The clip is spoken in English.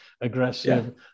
aggressive